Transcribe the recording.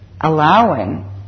allowing